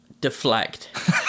Deflect